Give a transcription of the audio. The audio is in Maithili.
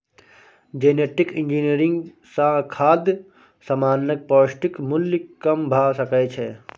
जेनेटिक इंजीनियरिंग सँ खाद्य समानक पौष्टिक मुल्य कम भ सकै छै